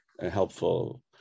helpful